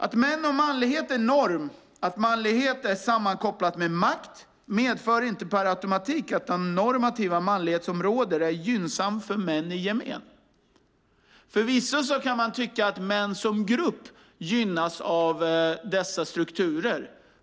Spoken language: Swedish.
Att män och manlighet är norm och att manlighet är sammankopplad med makt medför inte per automatik att den normativa manlighet som råder är gynnsam för män i gemen. Förvisso kan man tycka att män som grupp gynnas av dessa strukturer.